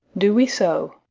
do we so.